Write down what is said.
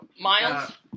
Miles